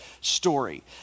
story